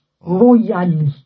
royally